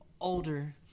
older